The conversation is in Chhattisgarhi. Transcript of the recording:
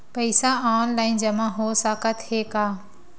पईसा ऑनलाइन जमा हो साकत हे का?